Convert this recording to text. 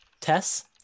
tess